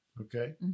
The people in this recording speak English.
Okay